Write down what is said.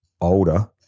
older